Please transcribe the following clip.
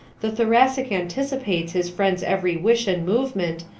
the thoracic anticipates his friend's every wish and movement,